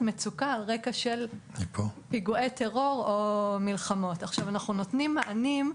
מצוקה על רקע של פיגועי טרור או מלחמות אנחנו נותנים מענים.